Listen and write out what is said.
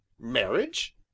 marriage